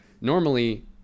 Normally